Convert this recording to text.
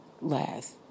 last